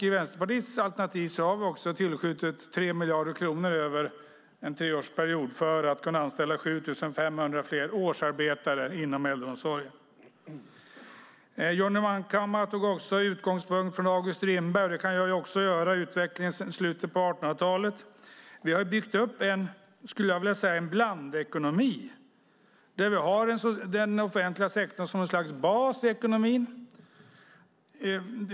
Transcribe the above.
I Vänsterpartiets alternativ har vi också tillskjutit 3 miljarder kronor över en treårsperiod för att kunna anställa 7 500 fler årsarbetare inom äldreomsorgen. Johnny Munkhammar tog också utgångspunkt i August Strindberg och utvecklingen sedan slutet av 1800-talet. Det kan jag också göra. Vi har byggt upp en, skulle jag vilja säga, blandekonomi där vi har den offentliga sektorn som någon slags bas i ekonomin.